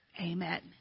Amen